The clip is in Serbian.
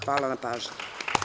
Hvala vam na pažnji.